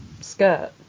skirt